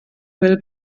wil